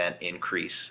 increase